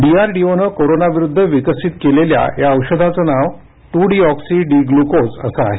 डीआरडीओनं कोरोनाविरुद्ध विकसित केलेल्या या औषधाचं नाव टू डीऑक्सी डी ग्लुकोज असं आहे